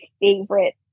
favorite